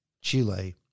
Chile